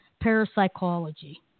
parapsychology